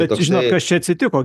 bet žinot kas čia atsitiko